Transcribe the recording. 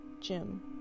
Jim